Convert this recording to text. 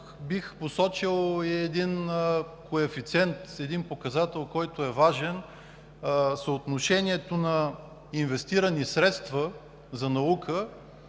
бих посочил и един коефициент, един показател, който е важен – съотношението на инвестираните средства за наука